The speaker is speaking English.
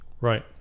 Right